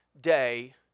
day